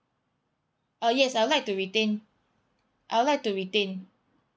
uh yes I'd like to retain I'd like to retain